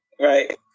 Right